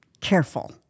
careful